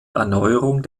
erneuerung